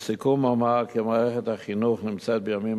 לסיכום אומר כי מערכת החינוך נמצאת בימים